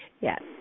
yes